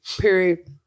Period